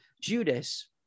Judas